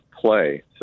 play